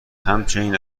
همچنین